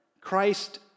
Christ